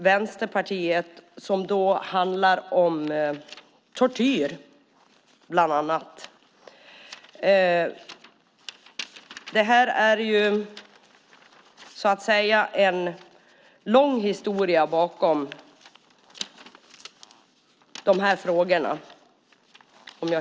Vänsterpartiet har väckt motioner om bland annat tortyr. Det finns en lång historia bakom frågorna.